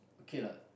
okay lah